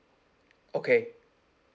okay